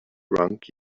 drunk